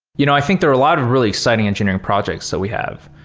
you know i think there are a lot of really exciting engineering projects that we have.